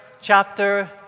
chapter